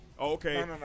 Okay